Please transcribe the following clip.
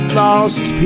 lost